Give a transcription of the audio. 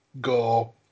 go